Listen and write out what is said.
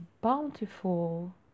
bountiful